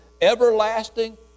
everlasting